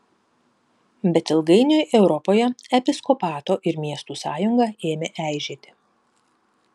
bet ilgainiui europoje episkopato ir miestų sąjunga ėmė eižėti